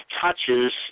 touches